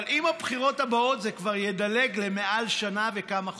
אבל עם הבחירות הבאות זה כבר יהיה לדלג למעל שנה וכמה חודשים,